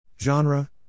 Genre